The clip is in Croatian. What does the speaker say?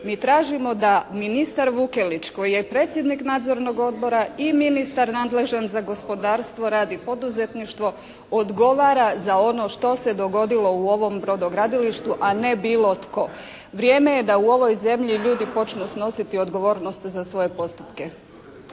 Mi tražimo da ministar Vukelić koji je predsjednik nadzornog odbora i ministar nadležan za gospodarstvo, rad i poduzetništvo odgovara za ono što se dogodilo u ovom brodogradilištu a ne bilo tko. Vrijeme je da u ovoj zemlji ljudi počnu snositi odgovornost za svoje postupke.